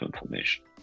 information